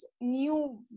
new